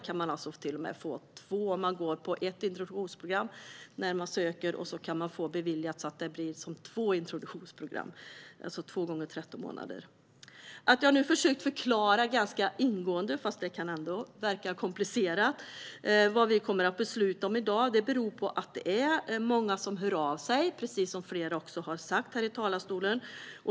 Man kan till och med gå två introduktionsprogram och få beviljat två gånger 13 månader. Att jag nu har försökt förklara ganska ingående - och ändå kan det verka komplicerat - vad vi kommer att besluta om i dag beror på att det är många som hör av sig, vilket också flera har sagt i talarstolen.